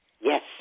yes